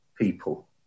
people